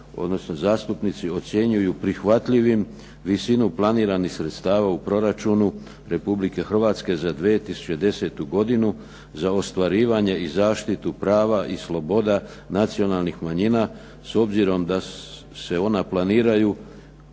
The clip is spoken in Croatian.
odnosno zastupnici ocjenjuju prihvatljivim visinu planiranih sredstava u proračunu Republike Hrvatske za 2010. godinu za ostvarivanje i zaštitu prava i sloboda nacionalnih manjina, s obzirom da se ona planiranju